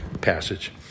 passage